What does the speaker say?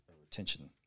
retention